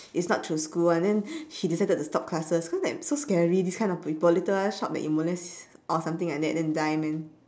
is not through school one then he decided to stop classes cause like so scary these kind of people later shout that you molest or something like that then die man